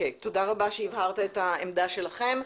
תודה רבה שהבהרת את העמדה שלכם.